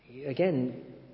Again